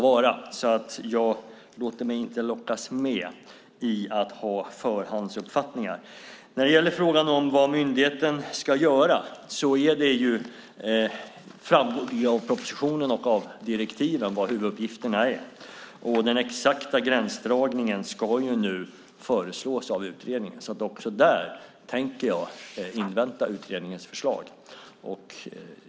Därför låter jag mig inte lockas med i att ha förhandsuppfattningar. När det gäller frågan om vad myndigheten ska göra framgår det av propositionen och av direktiven vad huvuduppgifterna är. Den exakta gränsdragningen ska nu föreslås av utredningen. Också där tänker jag invänta utredningens förslag.